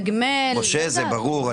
משה, זה ברור.